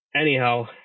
Anyhow